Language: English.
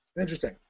Interesting